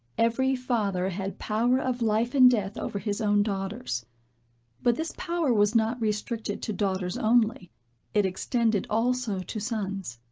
every father had power of life and death over his own daughters but this power was not restricted to daughters only it extended also to sons.